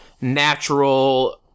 natural